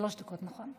שלוש דקות, נכון?